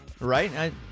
Right